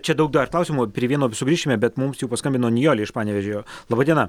čia daug dar klausimų prie vieno sugrįšime bet mums jau paskambino nijolė iš panevėžio laba diena